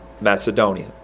Macedonia